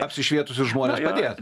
apsišvietusius žmones padėt